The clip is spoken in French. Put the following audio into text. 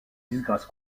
disgrâce